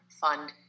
fund